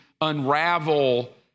unravel